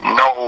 no